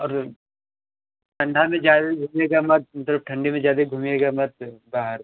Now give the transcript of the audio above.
अरे ठंडी में ज़्यादा घुमिएगा मत मतलब ठंडी में ज़्यादा घुमिएगा मत बाहर